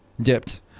dipped